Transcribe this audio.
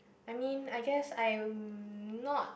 I mean I guess I'm not